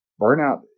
Burnout